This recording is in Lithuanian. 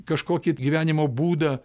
kažkokį gyvenimo būdą